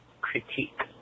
critique